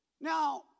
Now